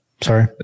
Sorry